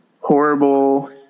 horrible